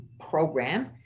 program